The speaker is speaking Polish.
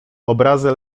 obrazy